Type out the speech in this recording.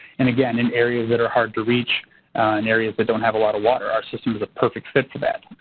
and again in areas that are hard to reach and areas that don't have a lot of water. our system is a perfect fit for that.